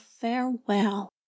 farewell